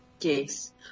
Yes